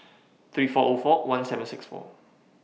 three four four one seven six four